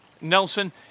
Nelson